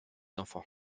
enfants